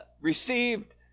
received